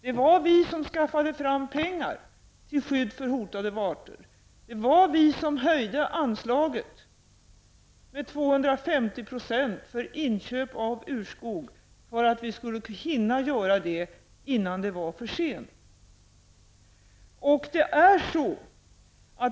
Det var vi som skaffade fram pengar till skydd för hotade arter. Det var vi som höjde anslaget för inköp av urskog med 250 % för att vi skulle hinna göra det innan det var för sent.